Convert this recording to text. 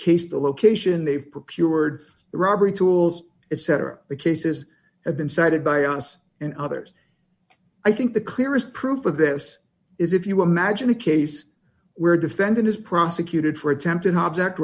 case the location they've procured robbery tools etc the cases have been cited by us and others i think the clearest proof of this is if you imagine a case where a defendant is prosecuted for attempted object